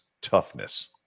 toughness